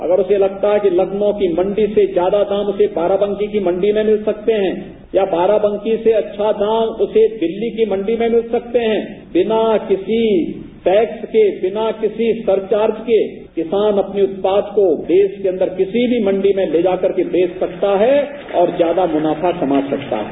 अगर उसे लगता है कि लखनऊ की मंडी से ज्यादा दाम उसे बाराबंकी की मंडी में मिल सकते हैं या बाराबंकी से अच्छा दाम उसे दिल्ली की मंडी में मिल सकते हैं बिना किसी टैक्स के बिना किसी सरचार्ज के किसान अपने उत्पाद को देश के अंदर किसी भी मंडी में ले जाकर के बेच सकता है और ज्यादा मुनाफा कमा सकता है